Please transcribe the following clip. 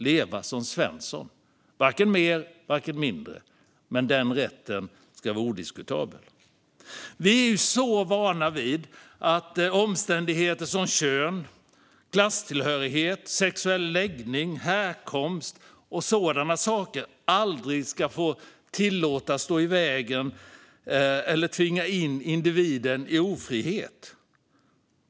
Leva som Svensson - varken mer, varken mindre. Men den rätten ska vara odiskutabel. Vi är så vana vid att omständigheter som kön, klasstillhörighet, sexuell läggning eller härkomst aldrig ska tillåtas stå i vägen eller tvinga in individen i ofrihet.